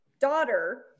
daughter